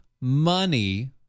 money